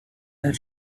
had